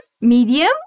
Medium